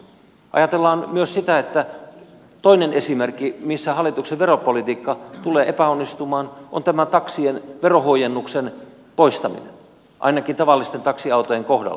ajatellaan myös sitä että toinen esimerkki missä hallituksen veropolitiikka tulee epäonnistumaan on tämä taksien verohuojennuksen poistaminen ainakin tavallisten taksiautojen kohdalla